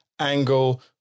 angle